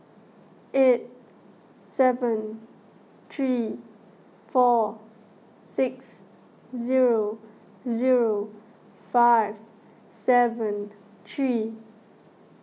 eight seven three four six zero zero five seven three